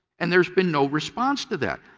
and there has been no response to that.